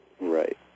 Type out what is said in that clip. Right